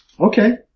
Okay